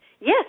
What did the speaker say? Yes